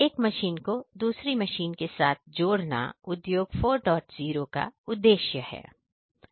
एक मशीन को दूसरी मशीन के साथ जोड़ना उद्योग 40 का उद्देश्य है